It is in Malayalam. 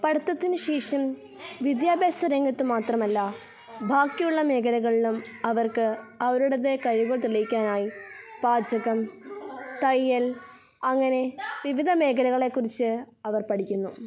പഠിത്തത്തിനു ശേഷം വിദ്യാഭ്യാസ രംഗത്തു മാത്രമല്ല ബാക്കിയുള്ള മേഖലകളിലും അവർക്ക് അവരുടേതായ കഴിവു തെളിയിക്കാനായി പാചകം തയ്യൽ അങ്ങനെ വിവിധ മേഖലകളെക്കുറിച്ച് അവർ പഠിക്കുന്നു